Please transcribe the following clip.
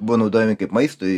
buvo naudojami kaip maistui